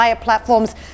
platforms